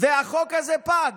והחוק הזה פג.